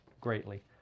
greatly